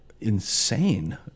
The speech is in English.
insane